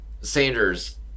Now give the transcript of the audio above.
sanders